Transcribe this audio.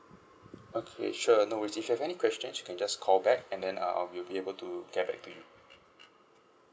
okay sure no worries if you have any questions you can just call back and then err we'll be able to get back to you